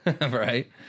right